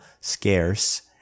scarce